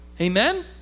amen